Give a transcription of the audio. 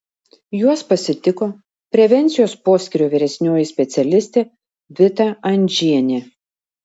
juos pasitiko prevencijos poskyrio vyresnioji specialistė vita andžienė